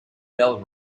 bell